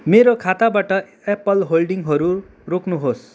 मेरो खाताबाट एप्पल होल्डिङहरू रोक्नुहोस्